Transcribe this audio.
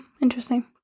Interesting